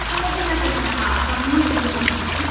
किमपि न प्रश्नः सम्यक् गृहमस्ति